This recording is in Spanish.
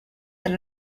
del